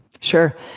Sure